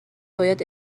باید